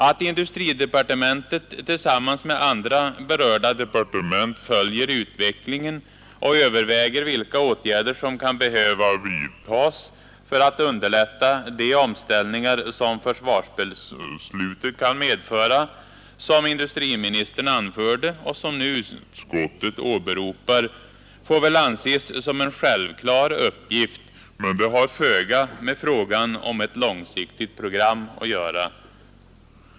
Att industridepartementet tillsammans med andra berörda departement följer utvecklingen och överväger vilka åtgärder som kan behöva vidtas för att underlätta de omställningar som försvarsbeslutet kan medföra, som industriministern anförde och som nu utskottet åberopar, får väl anses som en självklar uppgift, men det har föga med frågan om ett långsiktigt program att göra.